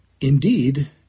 Indeed